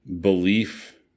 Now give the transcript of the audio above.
belief